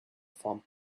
fun